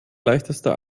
leichteste